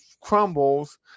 crumbles